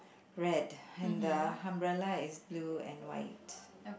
red and the umbrella is blue and white